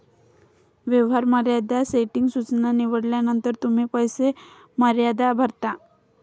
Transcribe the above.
व्यवहार मर्यादा सेटिंग सूचना निवडल्यानंतर तुम्ही पैसे मर्यादा भरा